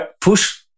push